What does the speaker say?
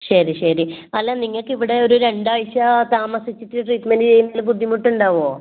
ശരി ശരി അല്ല നിങ്ങൾക്ക് ഇവിടെ ഒരു രണ്ടാഴ്ച താമസിച്ചിട്ട് ട്രീറ്റ്മെൻ്റ് ചെയ്യുന്നതിൽ ബുദ്ധിമുട്ട് ഉണ്ടാവുമോ